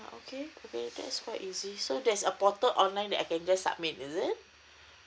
okay okay that is quite easy there's a portal online that I can just submit is it